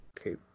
okay